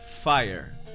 fire